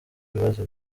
ibibazo